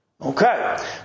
Okay